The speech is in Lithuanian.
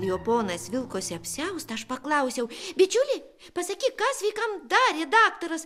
jo ponas vilkosi apsiaustą aš paklausiau bičiuli pasakyk ką sveikam darė daktaras